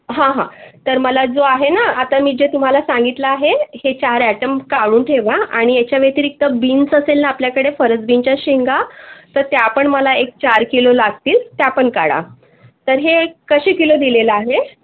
हां हां तर मला जो आहे ना आता मी जे तुम्हाला सांगितलं आहे हे चार ॲटम काढून ठेवा आणि याच्या व्यतिरिक्त बीन्स असेल ना आपल्याकडे फरसबीनच्या शेंगा तर त्या पण मला एक चार किलो लागतील त्या पण काढा तर हे कसे किलो दिलेलं आहे